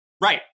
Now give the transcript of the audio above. Right